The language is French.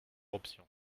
option